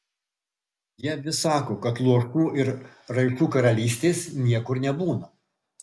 jie vis sako kad luošų ir raišų karalystės niekur nebūna